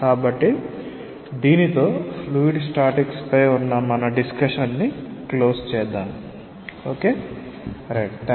కాబట్టి దీనితో fluid statics పై మన చర్చను క్లోస్ చేద్దాం